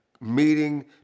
meeting